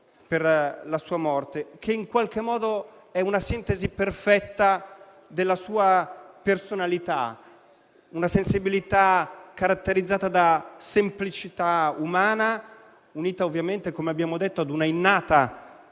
per la sua morte, che in qualche modo è una sintesi perfetta della sua personalità: una sensibilità caratterizzata da semplicità umana, unita, ovviamente, come abbiamo detto, ad una innata